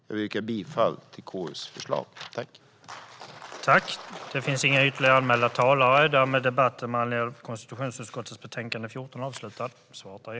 Jag yrkar bifall till konstitutionsutskottets förslag i betänkandet.